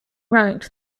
ranked